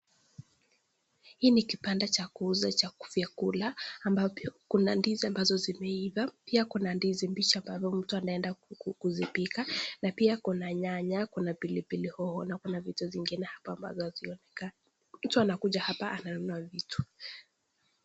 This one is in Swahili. Hii ni kibanda cha kuuza vyakula ambapo kuna ndizi ambazo zimeiva. Pia kuna ndizi mbichi ambazo mtu anaenda kuzipika. Na pia kuna nyanya, kuna pilipili hoho na kuna vitu zingine ambazo hazionekani. Mtu anakuja hapa ananunua vitu.